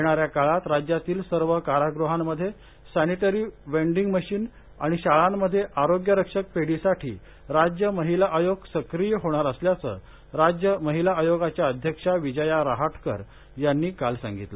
येणाऱ्या काळात राज्यातील सर्व कारागृहांमध्ये सॅनिटरी वेन्डिंग मशीन आणि शाळांमध्ये आरोग्य रक्षक पेढीसाठी राज्य महिला आयोग सक्रिय होणार असल्याचे राज्य महिला आयोगाच्या अध्यक्षा विजया रहाटकर यांनी काल सांगितलं